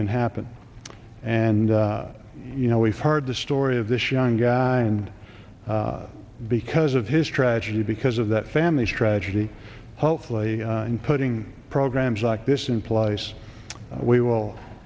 can happen and you know we've heard the story of this young guy and because of his tragedy because of that family's tragedy hopefully putting programs like this in place we will